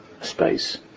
Space